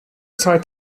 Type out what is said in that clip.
zeit